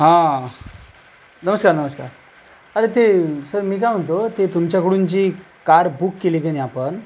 हा नमस्कार नमस्कार अरे ते सर मी काय म्हणतो ते तुमच्याकडून जी कार बुक केली की नाही आपण